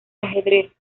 ajedrez